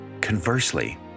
Conversely